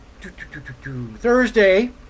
Thursday